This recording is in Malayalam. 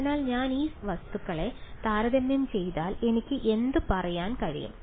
അതിനാൽ ഞാൻ ഈ വസ്തുക്കളെ താരതമ്യം ചെയ്താൽ എനിക്ക് എന്ത് പറയാൻ കഴിയും